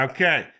Okay